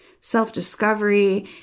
self-discovery